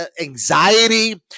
anxiety